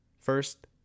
first